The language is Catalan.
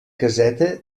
caseta